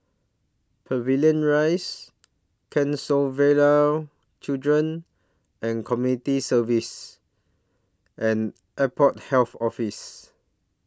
Pavilion Rise Canossaville Children and Community Services and Airport Health Office